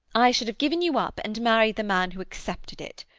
i should have given you up and married the man who accepted it.